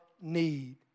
need